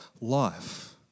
life